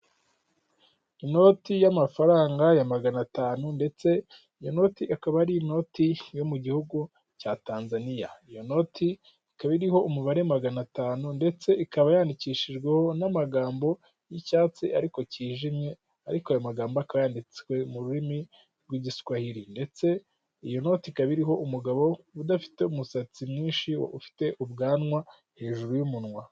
Inoti y'amafaranga ya magana atanu ndetse iyo noti ikaba ari inoti yo mu Gihugu cya Tanzania. Iyo noti ikaba iriho umubare magana atanu ndetse ikaba yandikishijweho n'amagambo y'icyatsi ariko kijimye ariko aya magambo akabayanditswe mu rurimi rw'Igiswahili, ndetse iyo noti ikaba iriho umugabo udafite umusatsi mwinshi ufite ubwanwa hejuru y'umunwa.